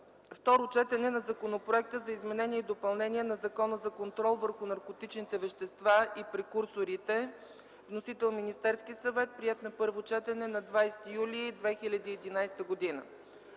Второ четене на Законопроекта за изменение и допълнение на Закона за контрол върху наркотичните вещества и прекурсорите. Вносител – Министерският съвет, приет на първо четене на 20 юли 2011 г.